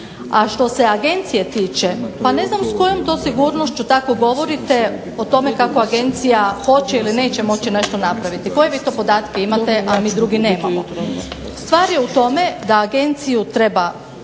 A što agencije tiče pa ne znam s kojom to sigurnošću tako govorite o tome kako agencija hoće ili neće moći nešto napraviti, koje vi to podatke a mi drugi nemamo. Stvar je u tome da agenciju treba